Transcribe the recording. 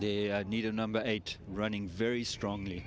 the need a number eight running very strongly